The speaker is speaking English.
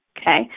okay